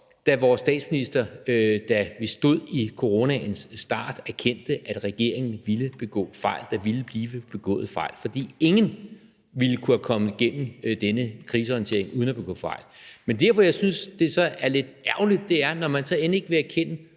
da vores statsminister, da vi stod i coronaens start, erkendte, at regeringen ville begå fejl, at der ville blive begået fejl, for ingen ville kunne have kommet igennem denne krisehåndtering uden at begå fejl. Men der, hvor jeg synes det så er lidt ærgerligt, er, når man end ikke vil erkende